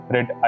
Red